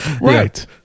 right